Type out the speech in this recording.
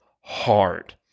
hard